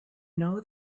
know